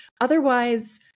Otherwise